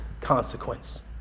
consequence